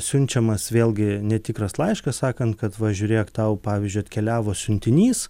siunčiamas vėlgi netikras laiškas sakant kad va žiūrėk tau pavyzdžiui atkeliavo siuntinys